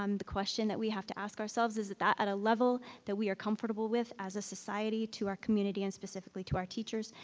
um the question that we have to ask ourselves is that that at a level that we are comfortable with as a society to our community and specifically to our teachers,